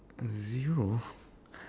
a zero